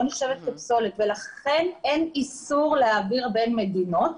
לא נחשבת כפסולת ולכן אין איסור להעביר בין מדינות.